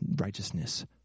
righteousness